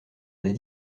des